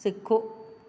सिखो